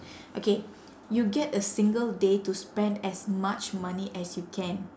okay you get a single day to spend as much money as you can